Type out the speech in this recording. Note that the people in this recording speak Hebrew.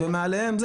הנושא.